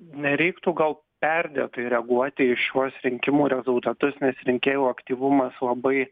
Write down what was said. nereiktų gal perdėtai reaguoti į šiuos rinkimų rezultatus nes rinkėjų aktyvumas labai